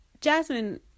Jasmine